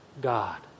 God